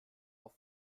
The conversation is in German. auf